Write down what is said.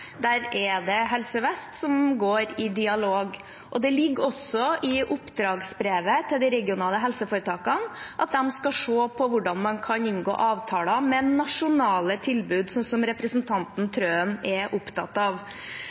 Helse Vest går i dialog. Det ligger også i oppdragsbrevet til de regionale helseforetakene at de skal se på hvordan man kan inngå avtaler med nasjonale tilbud, som representanten Trøen er opptatt av.